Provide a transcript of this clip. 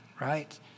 right